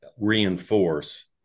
reinforce